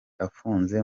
afunze